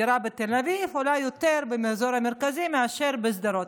דירה בתל אביב עולה יותר באזור המרכזי מאשר בשדרות,